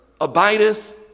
abideth